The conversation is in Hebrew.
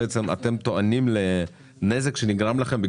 אתם טוענים שנגרם לכם נזק,